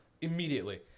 Immediately